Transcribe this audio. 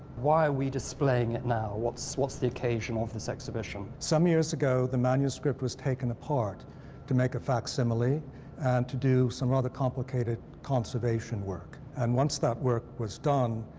why are we displaying it now? what's what's the occasion of this exhibition? some years ago, the manuscript was taken apart to make a facsimile and to do some other complicated conservation work. and once that work was done,